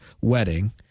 wedding